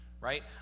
right